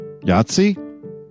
Yahtzee